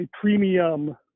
premium